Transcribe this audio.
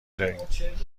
داریم